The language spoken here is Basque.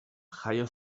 jaio